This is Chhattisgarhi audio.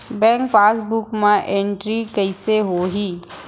बैंक पासबुक मा एंटरी कइसे होही?